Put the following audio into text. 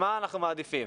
למחוז החרדי.